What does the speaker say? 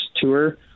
tour